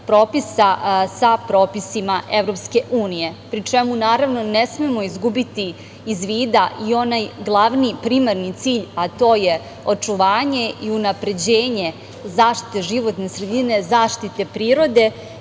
sa propisima EU, pri čemu ne smemo izgubiti iz vida i onaj glavni primarni cilj, a to je očuvanje i unapređenje zaštite životne sredine, zaštite prirode,